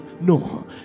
No